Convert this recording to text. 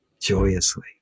joyously